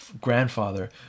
grandfather